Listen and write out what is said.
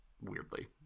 weirdly